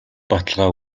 баталгаа